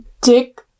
dick